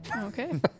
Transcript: Okay